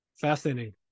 Fascinating